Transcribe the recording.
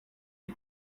die